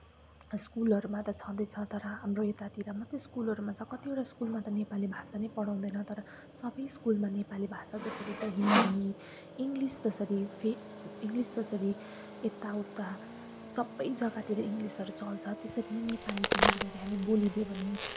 स्कुलहरूमा त छँदैछ तर हाम्रो यतातिर मात्रै स्कुलहरूमा छ कतिवटा स्कुलमा त नेपाली भाषा नै पढाउँदैन तर सबै स्कुलमा नेपाली भाषा जसरीको हिन्दी इङ्लिस् जसरी फे इङ्लिस् जसरी यता उता सबै जग्गातिर इङ्लिसहरू चल्छ त्यसरी नै नेपाली पनि त्यसरी हामी बोलिदियो भने